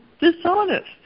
dishonest